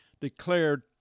declared